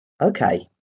okay